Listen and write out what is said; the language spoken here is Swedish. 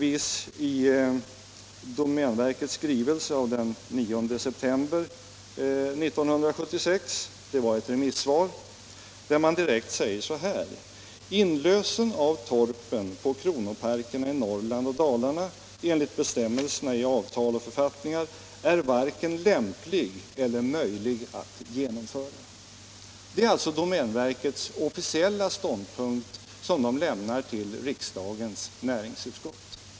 I ett remissvar av den 9 september 1976 säger verket direkt så här: ”Inlösen av torpen på kronoparkerna i Norrland och Dalarna enligt bestämmelserna i avtal och författningar är varken lämplig eller möjlig att genomföra.” Det är alltså domänverkets officiella ståndpunkt som meddelas riksdagens näringsutskott.